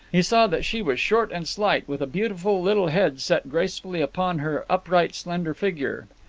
he saw that she was short and slight, with a beautiful little head set gracefully upon her upright slender figure.